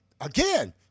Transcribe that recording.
Again